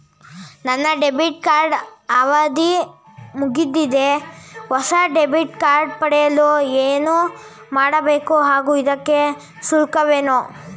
ನನ್ನ debit card ಅವಧಿ ಮುಗಿದಿದೆ ಹೊಸ ಡೆಬಿಟ್ ಕಾರ್ಡ್ ಪಡೆಯಲು ಏನು ಮಾಡಬೇಕು ಹಾಗೂ ಇದಕ್ಕೆ ಶುಲ್ಕವೇನು?